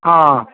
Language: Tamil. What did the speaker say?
ஆ